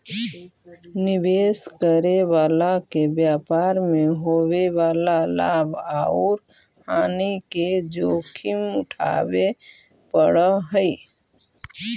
निवेश करे वाला के व्यापार मैं होवे वाला लाभ औउर हानि के जोखिम उठावे पड़ऽ हई